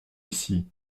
ici